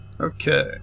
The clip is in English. Okay